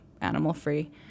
animal-free